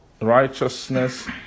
righteousness